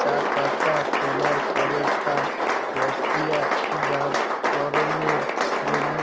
চা পাতা তোলার পরে তা প্রক্রিয়াজাতকরণের জন্য